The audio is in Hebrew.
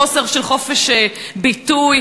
חוסר של חופש ביטוי,